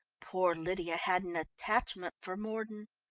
poor lydia had an attachment for mordon.